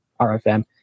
RFM